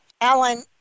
Alan